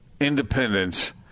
independence